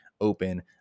open